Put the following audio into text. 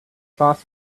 sauce